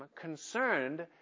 concerned